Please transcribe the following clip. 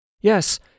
Yes